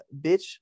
bitch